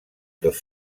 dos